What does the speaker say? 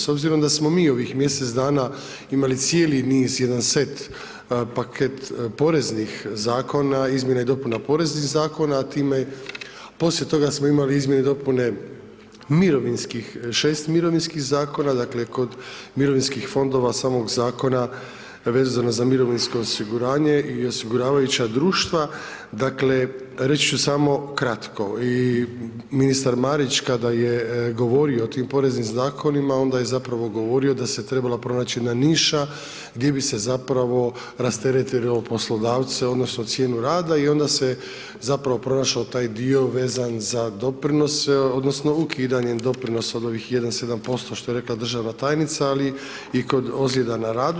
S obzirom da smo mi ovih mjesec dana imali cijeli niz, jedan set, paket poreznih zakona, izmjene i dopune poreznih zakona, poslije toga smo imali izmjene i dopune 6 mirovinskih zakona dakle kod mirovinskih fondova samog zakona vezano za mirovinsko osiguranje i osiguravajuća društva, dakle reći ću samo kratko i ministar Marić kada je govorio o tim poreznim zakonima onda je zapravo govorio da se trebala pronaći niša gdje bi se zapravo rasteretilo poslodavce odnosno cijenu rada i onda se zapravo pronašao taj dio vezan za doprinose odnosno ukidanje doprinosa od ovih 1,7% što je rekla državna tajica ali i kod ozljeda na radu.